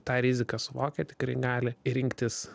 tą riziką suvokia tikrai gali ir rinktis